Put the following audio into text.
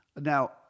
Now